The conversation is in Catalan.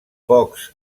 pocs